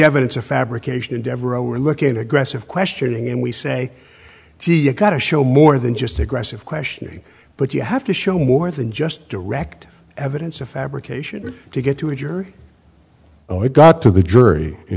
evidence of fabrication devereaux we're looking aggressive questioning and we say gee you got to show more than just aggressive questioning but you have to show more than just direct evidence of fabrication to get to a jury oh it got to the jury you